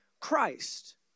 Christ